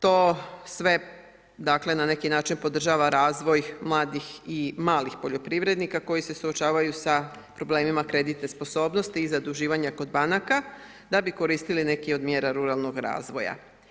To sve dakle na neki način podržava razvoj mladih i malih poljoprivrednika koji se suočavaju sa problemima kreditne sposobnosti i zaduživanja kod banaka da bi koristili neke od mjera ruralnog razvoja.